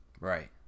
right